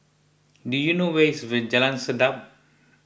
do you know where is Jalan Sedap